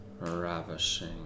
ravishing